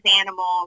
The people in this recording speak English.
animals